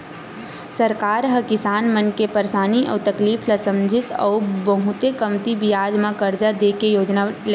सरकार ह किसान मन के परसानी अउ तकलीफ ल समझिस अउ बहुते कमती बियाज म करजा दे के योजना लइस